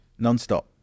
nonstop